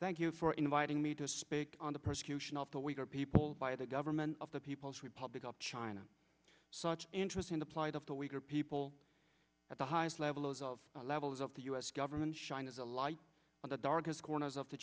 thank you for inviting me to speak on the persecution of the weaker people by the government of the people's republic of china so much interest in the plight of the weaker people at the highest levels of levels of the u s government shines a light on the darkest corners of the